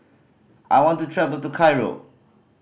I want to travel to Cairo